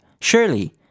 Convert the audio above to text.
surely